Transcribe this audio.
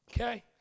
Okay